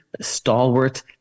stalwart